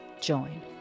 join